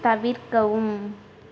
தவிர்க்கவும்